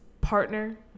partner